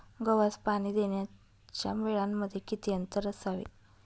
गव्हास पाणी देण्याच्या वेळांमध्ये किती अंतर असावे?